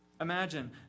Imagine